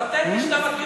את הפטנטים שאתה מכיר,